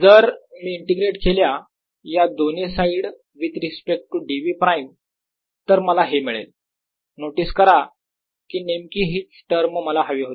जर मी इंटिग्रेट केल्या या दोन्ही side with respect to d v prime तर मला हे मिळेल नोटीस करा कि नेमकी हीच टर्म मला हवी होती